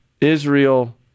Israel